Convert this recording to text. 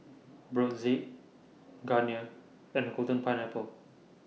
Brotzeit Garnier and Golden Pineapple